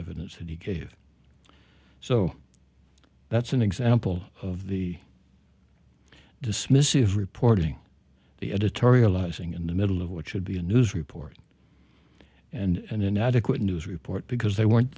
evidence that he gave so that's an example of the dismissive reporting the editorializing in the middle of what should be a news report and inadequate news report because they weren't